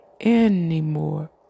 anymore